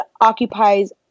occupies